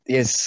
Yes